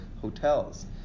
hotels